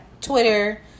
Twitter